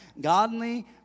Godly